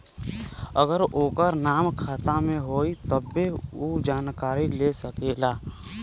अगर ओकर नाम खाता मे होई तब्बे ऊ जानकारी ले सकेला